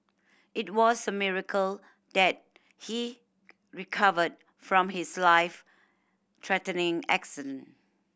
it was a miracle that he recovered from his life threatening